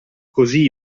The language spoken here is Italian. così